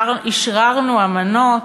אשררנו אמנות,